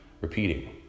repeating